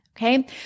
Okay